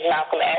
Malcolm